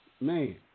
man